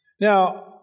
Now